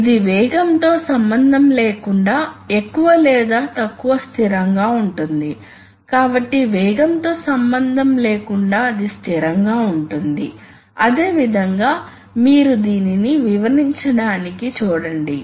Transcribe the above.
అవి సాధారణంగా న్యూమాటిక్ కంటే చిన్నవిగా ఉంటాయి కానీ ఇవి న్యూమాటిక్ సిస్టం యొక్క టైం రెస్పాన్స్ ను ప్రభావితం చేస్తాయి